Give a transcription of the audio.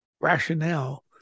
rationale